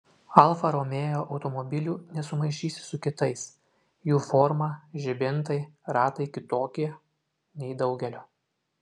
alfa romeo automobilių nesumaišysi su kitais jų forma žibintai ratai kitokie nei daugelio